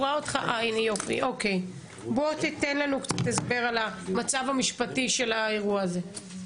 בוא תיתן לנו קצת הסבר על המצב המשפטי של האירוע הזה.